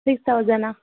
six thousand